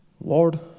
Lord